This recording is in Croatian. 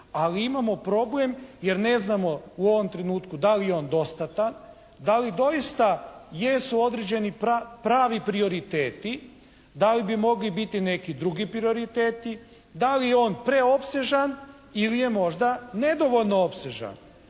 ali imamo problem jer ne znamo u ovom trenutku da li je on dostatan? Da li doista jesu određeni pravi prioriteti? Da li bi mogli biti neki drugi prioriteti? Da li je on preopsežan ili je možda nedovoljno opsežan?